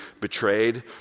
betrayed